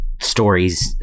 stories